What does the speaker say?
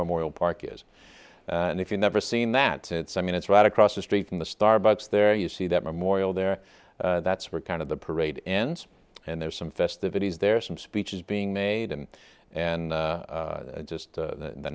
memorial park is and if you've never seen that i mean it's right across the street from the starbucks there you see that memorial there that's where kind of the parade ends and there's some festivities there some speeches being made and and just